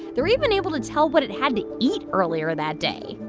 they're even able to tell what it had to eat earlier that day.